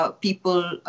people